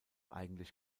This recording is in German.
eigentlich